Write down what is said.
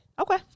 Okay